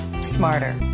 smarter